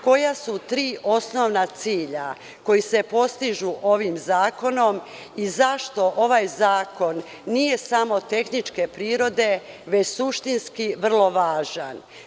Koja su tri osnovna cilja koja se postižu ovim zakonom i zašto ovaj zakon nije samo tehničke prirode, već suštinski vrlo važan?